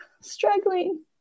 struggling